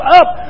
up